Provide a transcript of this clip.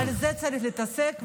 בזה צריך להתעסק,